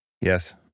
Yes